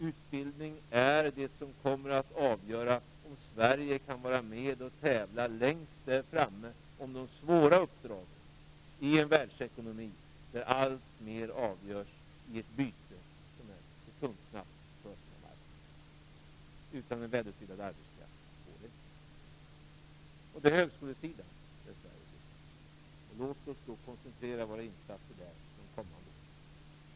Utbildning är det som kommer att avgöra om Sverige kan vara med längst fram om att tävla om de svåra uppdragen, i en världsekonomi där alltmer avgörs i ett sekundsnabbt byte på öppna marknader. Utan en välutbildad arbetskraft går det inte. Det är på högskolesidan som det brister i Sverige. Låt oss då koncentrera våra insatser där under de kommande åren.